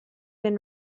been